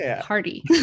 Party